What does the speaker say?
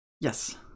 Yes